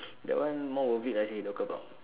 that one more worth it ah actually the kebab